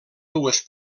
dues